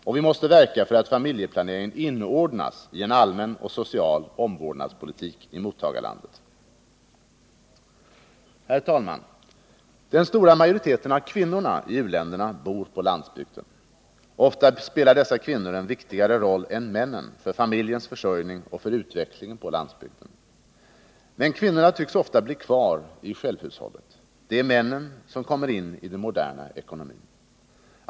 Och vi måste verka för att familjeplaneringen inordnas i en allmän och social omvårdnadspolitik i mottagarlandet. Herr talman! Den stora majoriteten av kvinnorna i u-länderna bor på landsbygden. Ofta spelar dessa kvinnor en viktigare roll än männen för familjens försörjning och för utvecklingen på landsbygden. Men kvinnorna tycks ofta bli kvar i självhushållet. Det är männen som kommer in i den moderna ekonomin.